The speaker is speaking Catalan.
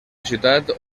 ciutat